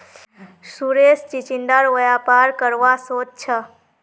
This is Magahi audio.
सुरेश चिचिण्डार व्यापार करवा सोच छ